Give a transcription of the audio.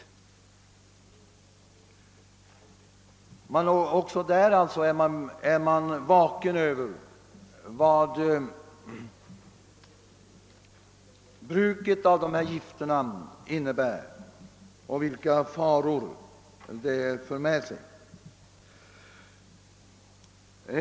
Också där är man alltså vaken inför vad bruket av de här gifterna innebär och vilka faror det för med sig.